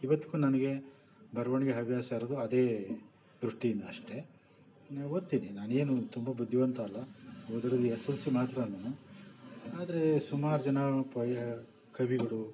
ಇವತ್ತಿಗೂ ನನಗೆ ಬರವಣಿಗೆ ಹವ್ಯಾಸ ಇರೋದು ಅದೇ ದೃಷ್ಟಿಯಿಂದ ಅಷ್ಟೇ ಓದ್ತಿನಿ ನಾನೇನು ತುಂಬ ಬುದ್ದಿವಂತ ಅಲ್ಲ ಓದಿರೋದು ಎಸ್ ಎಲ್ ಸಿ ಮಾತ್ರ ನಾನು ಆದರೆ ಸುಮಾರು ಜನ ಪೊಯ ಕವಿಗಳು